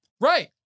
Right